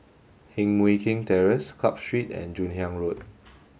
Heng Mui Keng Terrace Club Street and Joon Hiang Road